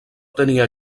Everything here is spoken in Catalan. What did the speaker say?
tenia